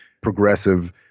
progressive